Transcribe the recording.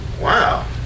wow